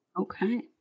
Okay